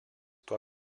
tuo